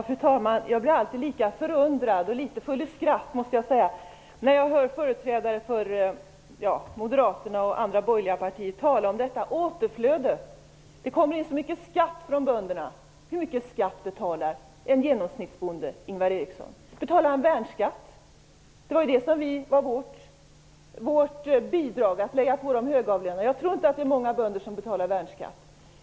Fru talman! Jag blir alltid lika förundrad och full i skratt när jag hör företrädare för Moderaterna och andra borgerliga partier tala om detta återflöde. Man säger att det kommer in så mycket skatt från bönderna. Ingvar Eriksson? Betalar han värnskatt? Vårt bidrag var att lägga en sådan skatt på de högavlönade. Jag tror inte att det är många bönder som betalar värnskatt.